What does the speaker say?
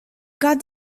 got